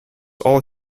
all